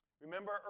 Remember